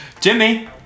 Jimmy